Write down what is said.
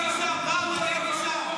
כמה אפשר?